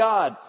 God